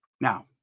Now